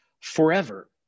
forever